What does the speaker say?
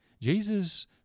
Jesus